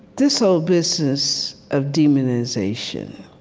this whole business of demonization,